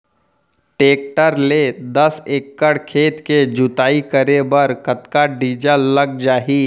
Tractor ले दस एकड़ खेत के जुताई करे बर कतका डीजल लग जाही?